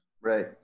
Right